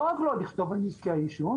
לא רק לא לכתוב על נזקי העישון,